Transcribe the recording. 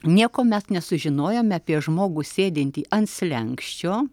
nieko mes nesužinojome apie žmogų sėdintį ant slenksčio